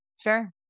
Sure